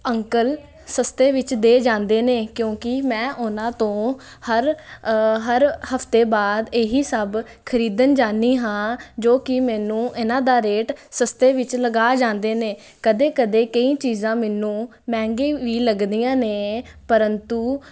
uncle ਸਸਤੇ ਵਿੱਚ ਦੇ ਜਾਂਦੇ ਨੇ ਕਿਉਂਕਿ ਮੈਂ ਉਹਨਾਂ ਤੋਂ ਹਰ ਹਰ ਹਫਤੇ ਬਾਅਦ ਇਹੀ ਸਭ ਖਰੀਦਣ ਜਾਨੀ ਹਾਂ ਜੋ ਕਿ ਮੈਨੂੰ ਇਹਨਾਂ ਦਾ ਰੇਟ ਸਸਤੇ ਵਿੱਚ ਲਗਾ ਜਾਂਦੇ ਨੇ ਕਦੇ ਕਦੇ ਕਈ ਚੀਜ਼ਾਂ ਮੈਨੂੰ ਮਹਿੰਗੇ ਵੀ ਲੱਗਦੀਆਂ ਨੇ ਪਰੰਤੂ